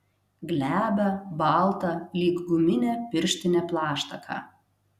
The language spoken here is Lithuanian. glebią baltą lyg guminė pirštinė plaštaką